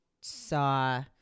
saw